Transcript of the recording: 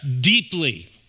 deeply